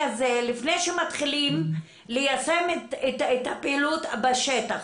הזה לפני שמתחילים ליישם את הפעילות בשטח.